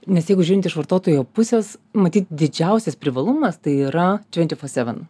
nes jeigu žiūrint iš vartotojo pusės matyt didžiausias privalumas tai yra twenty four seven